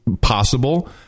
possible